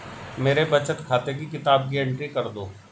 मेरे बचत खाते की किताब की एंट्री कर दो?